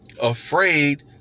Afraid